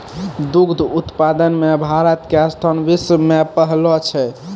दुग्ध उत्पादन मॅ भारत के स्थान विश्व मॅ पहलो छै